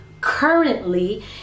currently